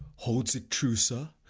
holds it true, sir,